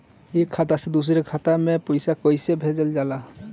एक खाता से दुसरे खाता मे पैसा कैसे भेजल जाला?